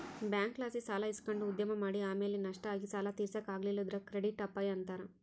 ಬ್ಯಾಂಕ್ಲಾಸಿ ಸಾಲ ಇಸಕಂಡು ಉದ್ಯಮ ಮಾಡಿ ಆಮೇಲೆ ನಷ್ಟ ಆಗಿ ಸಾಲ ತೀರ್ಸಾಕ ಆಗಲಿಲ್ಲುದ್ರ ಕ್ರೆಡಿಟ್ ಅಪಾಯ ಅಂತಾರ